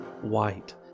White